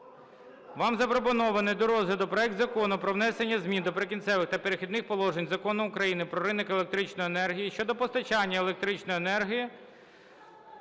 вам запропонований до розгляду проект Закону про внесення змін до "Прикінцевих та перехідних положень" Закону України "Про ринок електричної енергії" щодо постачання електричної енергії